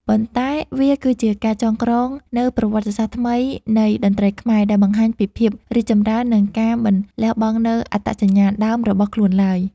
ប៉ុន្តែវាគឺជាការចងក្រងនូវប្រវត្តិសាស្ត្រថ្មីនៃតន្ត្រីខ្មែរ ដែលបង្ហាញពីភាពរីកចម្រើន និងការមិនលះបង់នូវអត្តសញ្ញាណដើមរបស់ខ្លួនឡើយ។